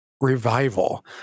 revival